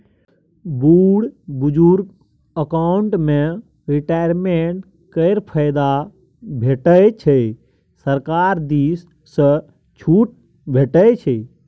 बुढ़ बुजुर्ग अकाउंट मे रिटायरमेंट केर फायदा भेटै छै सरकार दिस सँ छुट भेटै छै